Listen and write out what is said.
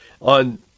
on